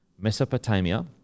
Mesopotamia